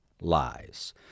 lies